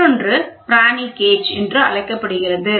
மற்றொன்று பிரானி கேஜ் என்று அழைக்கப்படுகிறது